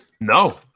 No